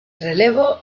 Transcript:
relevo